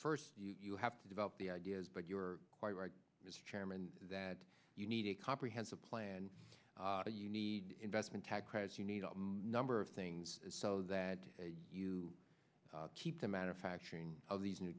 first you have to develop the ideas but you're quite right mr chairman that you need a comprehensive plan you need investment tax credits you need a number of things so that you keep the manufacturing of these new